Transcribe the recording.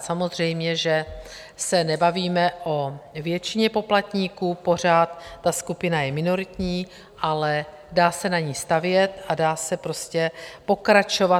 Samozřejmě že se nebavíme o většině poplatníků, pořád ta skupina je minoritní, ale dá se na ní stavět a dá se prostě pokračovat.